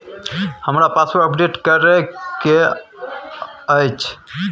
हमरा passbook update करैबे के अएछ?